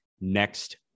next